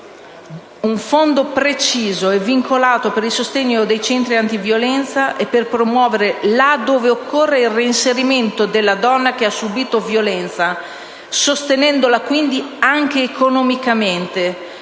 un fondo preciso e vincolato per il sostegno di centri antiviolenza e per promuovere, là dove occorra, il reinserimento della donna che ha subìto violenza, sostenendola quindi anche economicamente;